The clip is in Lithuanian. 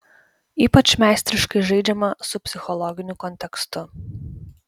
ypač meistriškai žaidžiama su psichologiniu kontekstu